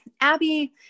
Abby